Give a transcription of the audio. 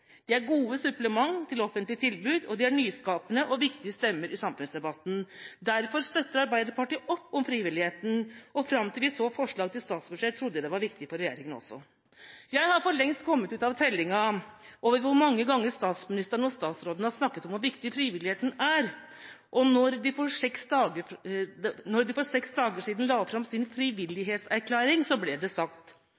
De er gode supplement til offentlige tilbud, og de er nyskapende og viktige stemmer i samfunnsdebatten. Derfor støtter Arbeiderpartiet opp om frivilligheten. Fram til vi så forslaget til statsbudsjett, trodde vi den var viktig for regjeringa også. Jeg har for lengst kommet ut av tellinga over hvor mange ganger statsministeren og statsråden har snakket om hvor viktig frivilligheten er, og da de for seks dager siden la fram sin